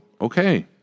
okay